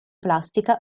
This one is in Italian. plastica